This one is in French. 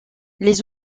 les